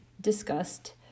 discussed